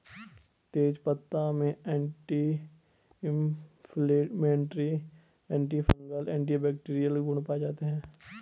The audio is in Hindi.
तेजपत्ता में एंटी इंफ्लेमेटरी, एंटीफंगल, एंटीबैक्टिरीयल गुण पाये जाते है